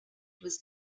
was